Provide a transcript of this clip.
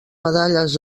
medalles